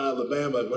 Alabama